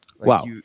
wow